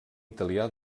italià